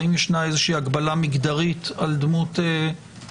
והאם יש הגבלה מגדרית על דמות המרצה.